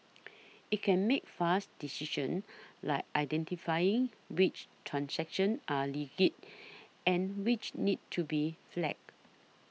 it can make fast decisions like identifying which transactions are legit and which need to be flagged